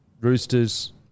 Roosters